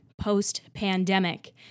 post-pandemic